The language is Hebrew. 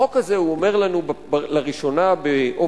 בחוק הזה הוא אומר לנו לראשונה באופן